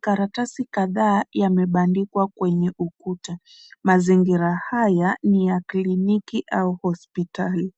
Karatasi kadhaa zimebandikwa kwenye ukuta. Mazingira haya ni ya kliniki au hospitali.